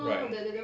right